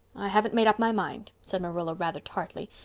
haven't made up my mind, said marilla rather tartly.